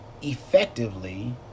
effectively